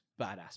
badass